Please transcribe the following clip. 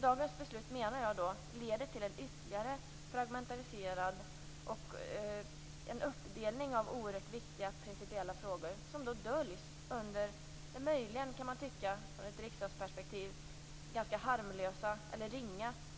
Dagens beslut leder till en ytterligare fragmentisering och en uppdelning av oerhört viktiga principiella frågor som döljs av - som man möjligen från ett riksdagsperspektiv kan tycka - ganska harmlösa